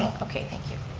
okay, thank you.